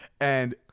And-